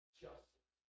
justice